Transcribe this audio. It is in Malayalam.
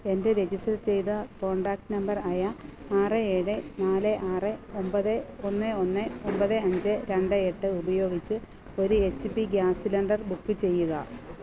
എൻ്റെ രജിസ്റ്റർ ചെയ്ത കോൺടാക്റ്റ് നമ്പർ ആയ ആറ് ഏഴ് നാല് ആറ് ഒമ്പത് ഒന്ന് ഒന്ന് ഒമ്പത് അഞ്ച് രണ്ട് എട്ട് ഉപയോഗിച്ച് ഒരു H P gas cylinder book ചെയ്യുക